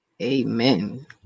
Amen